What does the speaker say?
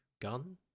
gun